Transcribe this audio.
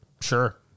Sure